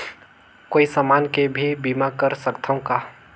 कोई समान के भी बीमा कर सकथव का?